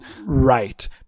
Right